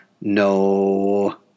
no